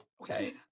okay